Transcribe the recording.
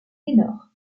ténor